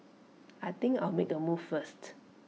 I think I'll make A move first